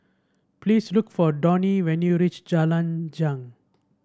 please look for Donnie when you reach Jalan Jong